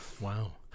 Wow